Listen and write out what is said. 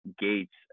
gates